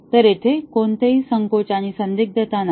तर येथे कोणताही संकोच आणि संदिग्धता नाही